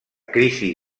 crisi